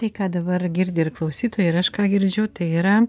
tai ką dabar girdi ir klausytojai ir aš kažką girdžiu tai yra